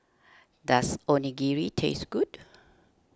does Onigiri taste good